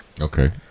Okay